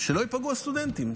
שלא ייפגעו הסטודנטים,